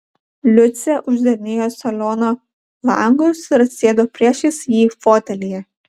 liucė uždarinėjo saliono langus ir atsisėdo priešais jį fotelyje